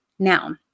Now